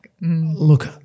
Look